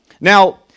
Now